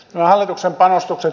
arvoisa puhemies